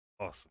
Awesome